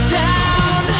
down